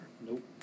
Nope